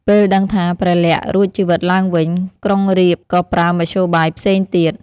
ពេលដឹងថា ព្រះលក្សណ៍រួចជីវិតឡើងវិញ ក្រុងរាពណ៍ក៏ប្រើមធ្យោបាយផ្សេងទៀត។